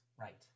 Right